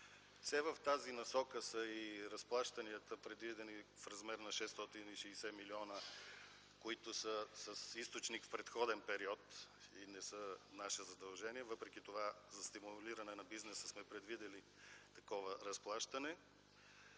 Все в тази насока са и разплащанията, предвидени в размер на 660 милиона, които са с източник – предходен период, и не са наше задължение. Въпреки това за стимулиране на бизнеса сме предвидили такова разплащане.